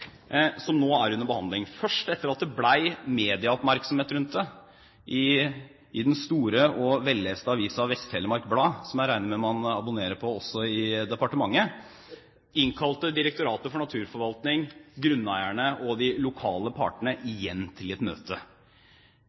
som nå er under behandling. Først etter at det ble medieoppmerksomhet rundt den, i den store og vel-leste avisen Vest-Telemark Blad, som jeg regner med at man abonnerer på også i departementet, innkalte Direktoratet for naturforvaltning grunneierne og de lokale partene igjen til et møte.